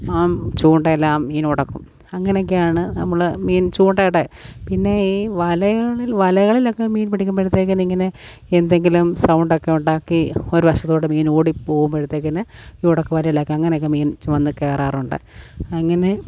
ആ ചൂണ്ടയിലാണ് മീനുടക്കും അങ്ങനെയൊക്കെയാണ് നമ്മൾ മീൻ ചൂണ്ടയുടെ പിന്നെ ഈ വലകളിൽ വലകളിലൊക്കെ മീൻ പിടിക്കുമ്പോഴത്തേക്കിനിങ്ങനെ എന്തെങ്കിലും സൗണ്ടൊക്കെ ഉണ്ടാക്കി ഒരു രസത്തോടെ മീൻ ഓടി പോകുമ്പോഴത്തേക്കിന് ഇവിടെ വലയിലൊക്കെ അങ്ങനെയൊക്കെ മീൻ വന്നു കയറാറുണ്ട് അങ്ങനെ